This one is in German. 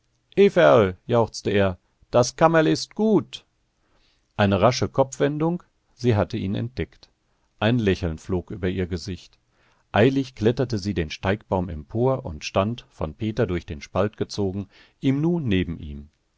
jauchzte er das kammerl ist gut eine rasche kopfwendung sie hatte ihn entdeckt ein lächeln flog über ihr gesicht eilig kletterte sie den steigbaum empor und stand von peter durch den spalt gezogen im nu neben ihm